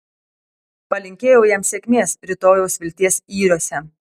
palinkėjau jam sėkmės rytojaus vilties yriuose